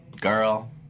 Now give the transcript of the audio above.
Girl